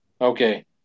Okay